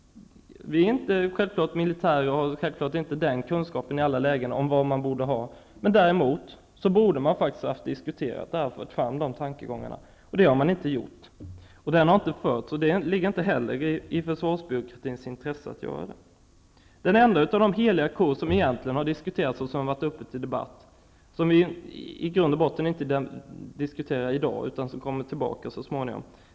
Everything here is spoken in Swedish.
Vi är inte militärer, och vi har självfallet inte den kunskap om vad som man i alla lägen borde ha. Däremot borde dessa tankegångar förts fram och diskuterats, men det har man inte gjort. Den debatten har inte förts, och inte heller detta är i försvarsbudgetens intresse. Den enda av de heliga kor som egentligen har varit uppe till debatt är något som vi i grund och botten inte diskuterar i dag, men som vi kommer tillbaka till så småningom.